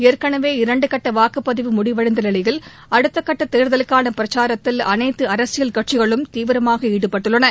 ஏற்கனவே இரண்டு கட்ட வாக்குப்பதிவு முடிவடைந்த நிவையில் அடுத்த கட்ட தேர்தலுக்கான பிரச்சாரத்தில் அனைத்து அரசியல் கட்சிகளும் தீவிரமாக ஈடுபட்டுள்ளன